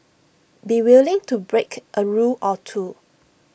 be willing to break A rule or two